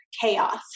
chaos